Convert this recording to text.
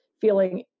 feeling